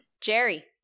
Jerry